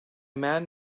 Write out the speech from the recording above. man